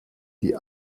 die